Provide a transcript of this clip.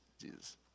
Jesus